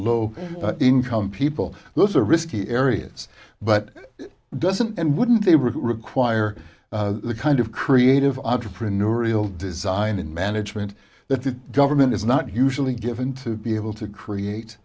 low income people those are risky areas but doesn't and wouldn't they require the kind of creative entrepreneurial design in management that the government is not usually given to be able to create